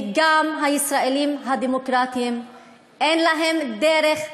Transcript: וגם הישראלים הדמוקרטים אין להם דרך,